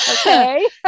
Okay